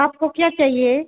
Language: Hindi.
आपको क्या चहिए